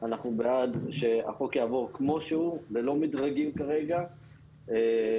לא מדובר על תקופה ארוכה, מדובר על זמן קצר יחסית.